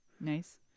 nice